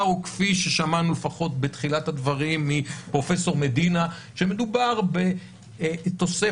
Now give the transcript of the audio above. שאול שארף במכון בגין למשפט וציונות.